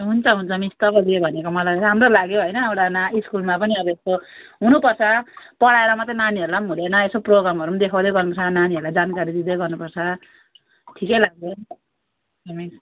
हुन्छ हुन्छ मिस तपाईँले भनेको मलाई राम्रो लाग्यो होइन उनीहरू न स्कुलमा पनि अब यसो हुनु पर्छ पढाएर मात्रै नानीहरूलाई पनि हुँदैन यसो प्रोग्रामहरू पनि देखाउँदै गर्नुपर्छ नानीहरूलाई जानकारी दिँदै गर्नुपर्छ ठिकै लाग्यो हजुर